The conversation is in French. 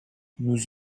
nous